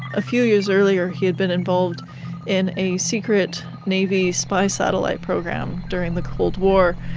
a few years earlier he had been involved in a secret navy spy satellite program during the cold war,